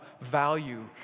value